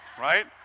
right